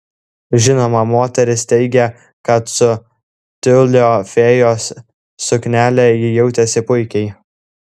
žinoma moteris teigė kad su tiulio fėjos suknele ji jautėsi puikiai